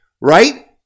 right